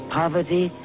poverty